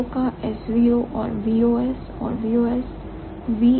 VSO का SVO और VOS और VOS